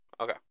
Okay